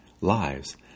lives